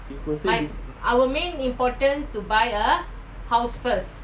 if you say